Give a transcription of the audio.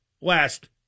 Last